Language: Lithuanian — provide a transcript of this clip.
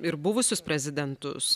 ir buvusius prezidentus